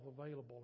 available